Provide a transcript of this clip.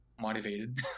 motivated